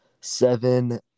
seven